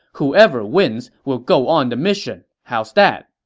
whoever wins will go on the mission. how's that?